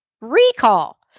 Recall